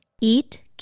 Eat